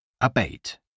Abate